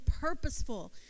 purposeful